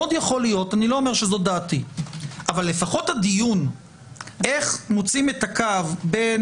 אני לא אומר שזו דעתי אבל לפחות הדיון איך מוצאים את הקו בין